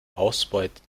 ausbeute